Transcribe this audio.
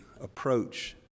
approach